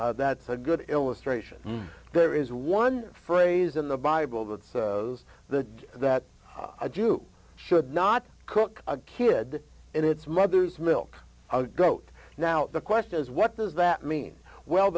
example that's a good illustration there is one phrase in the bible that says the that a jew should not cook a kid in its mother's milk goat now the question is what does that mean well